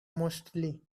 mostly